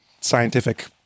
scientific